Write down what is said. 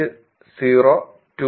021 നും 0